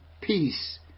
Peace